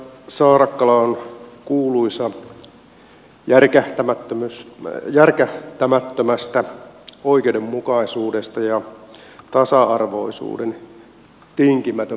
edustaja saarakkala on kuuluisa järkähtämättömästä oikeudenmukaisuudesta ja tasa arvoisuuden tinkimätön puolustaja hän on myös